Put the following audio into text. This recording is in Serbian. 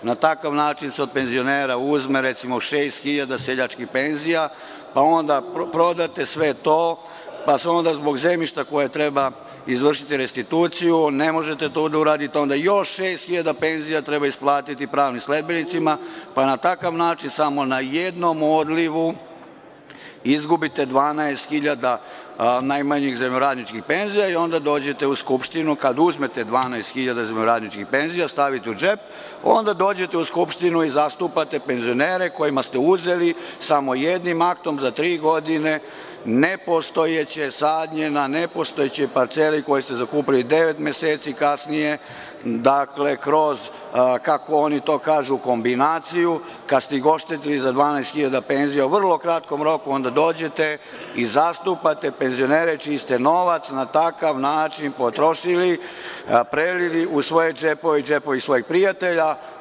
Na takav način se od penzionera uzme recimo 6.000 seljačkih penzija, pa onda prodate sve to, pa se onda zbog zemljišta koje treba izvršiti restituciju ne možete to da uradite, onda još 6.000 penzija treba isplatiti pravnim sledbenicima, pa na takav način samo na jednom odlivu izgubite 12.000 najmanjih zemljoradničkih penzija i onda dođete u Skupštinu kad uzmete 12.000 zemljoradničkih penzija, stavite u džep i zastupate penzionere kojima ste uzeli samo jednim aktom za tri godine nepostojeće sadnje na nepostojećoj parceli, koju ste zakupili devet meseci kasnije, kroz kako oni to kažu kombinaciju, kada ste ih oštetili za 12.000 penzija u vrlo kratkom roku dođete i zastupate penzionere čiji ste novac na takav način potrošili, prelili u svoje džepove i džepove svojih prijatelja.